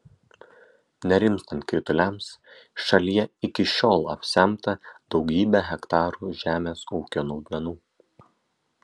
nerimstant krituliams šalyje iki šiol apsemta daugybė hektarų žemės ūkio naudmenų